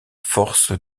force